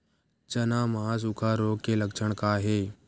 चना म सुखा रोग के लक्षण का हे?